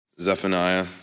Zephaniah